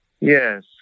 Yes